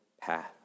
path